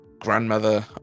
grandmother